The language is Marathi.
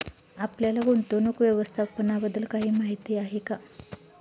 आपल्याला गुंतवणूक व्यवस्थापनाबद्दल काही माहिती आहे का?